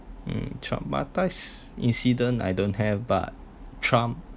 mm traumatize incident I don't have but traum~